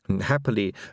Happily